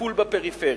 וטיפול בפריפריה.